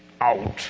out